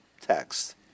text